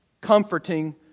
comforting